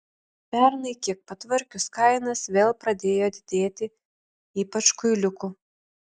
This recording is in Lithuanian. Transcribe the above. pernai kiek patvarkius kainas vėl pradėjo didėti ypač kuiliukų